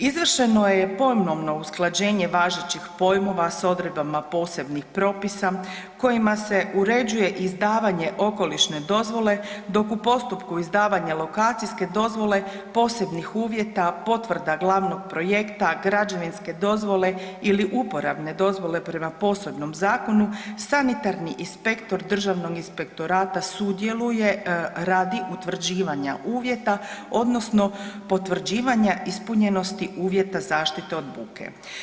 Izvršeno je pojmovno usklađenje važećih pojmova s odredbama posebnih propisa kojima se uređuje izdavanje okolišne dozvole dok u postupku izdavanja lokacijske dozvole posebnih uvjeta, potvrda glavnog projekta, građevinske dozvole ili uporabne dozvole prema posebnom zakonu sanitarni inspektor Državnog inspektorata sudjeluje radi utvrđivanja uvjeta odnosno potvrđivanja ispunjenosti uvjeta zaštite od buke.